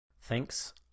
Thanks